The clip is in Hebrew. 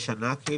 בשנה?